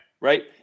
Right